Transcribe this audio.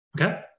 okay